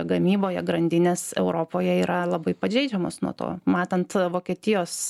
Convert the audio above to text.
gamyboje grandinės europoje yra labai pažeidžiamos nuo to matant vokietijos